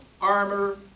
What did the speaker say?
armor